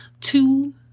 two